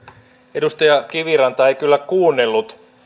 edustaja kiviranta ei kyllä kuunnellut